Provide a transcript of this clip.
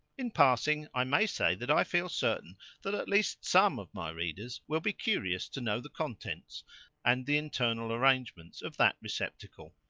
in passing, i may say that i feel certain that at least some of my readers will be curious to know the contents and the internal arrangements of that receptacle.